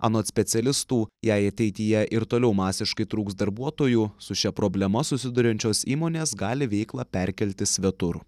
anot specialistų jei ateityje ir toliau masiškai trūks darbuotojų su šia problema susiduriančios įmonės gali veiklą perkelti svetur